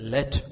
Let